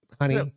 honey